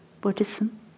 Buddhism